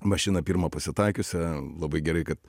mašiną pirmą pasitaikiusią labai gerai kad